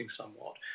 somewhat